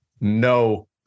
no